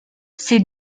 ces